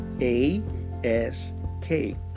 A-S-K